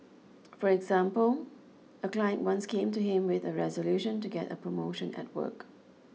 for example a client once came to him with a resolution to get a promotion at work